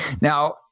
Now